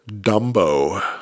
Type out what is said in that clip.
dumbo